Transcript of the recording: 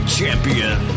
champion